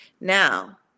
Now